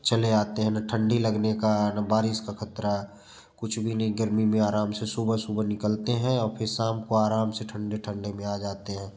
चले आते हैं ना ठंडी लगाने का ना बारिश का खतरा कुछ भी नहीं गर्मी में आराम से सुबह सुबह निकलते हैं और फिर शाम को आराम से ठंडे ठंडे में आ जाते हैं